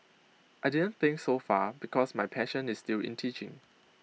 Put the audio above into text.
I didn't think so far because my passion is still in teaching